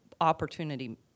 opportunity